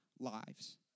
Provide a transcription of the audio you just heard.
lives